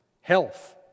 Health